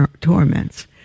torments